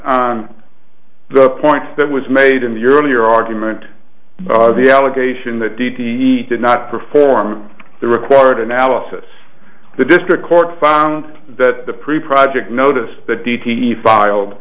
on the points that was made in the earlier argument the allegation that d d did not perform the required analysis the district court found that the pre project notice that d t e filed